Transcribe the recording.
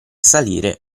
salire